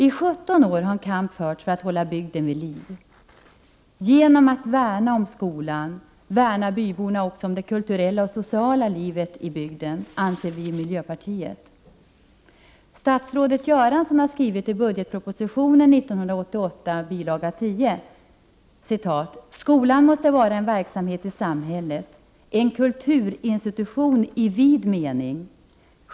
I 17 år har en kamp förts för att hålla 175 bygden vid liv. Genom att värna om skolan värnar byborna också om det kulturella och sociala livet, anser vi från miljöpartiet. Statsrådet Göransson skriver i budgetpropositionen för 1988 i bil. 10 bl.a. följande: ”Skolan måste vara en verksamhet i samhället — en kulturinstitution i vid mening.